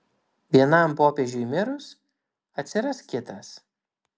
vienam popiežiui mirus atsiras kitas